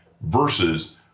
versus